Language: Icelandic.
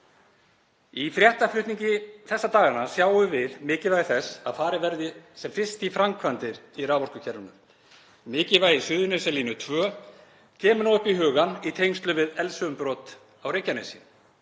Í fréttaflutningi þessa dagana sjáum við mikilvægi þess að farið verði sem fyrst í framkvæmdir í raforkukerfinu. Mikilvægi Suðurnesjalínu 2 kemur upp í hugann í tengslum við eldsumbrot á Reykjanesi.